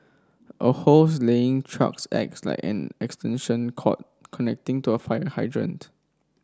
a hose laying trucks acts like an extension cord connecting to a fire hydrant